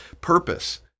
purpose